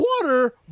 water